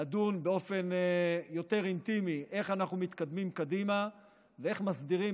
לדון באופן יותר אינטימי איך אנחנו מתקדמים קדימה ואיך מסדירים